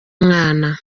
mwana